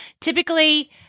typically